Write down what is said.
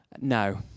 No